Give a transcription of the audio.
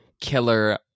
killer